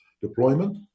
deployment